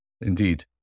Indeed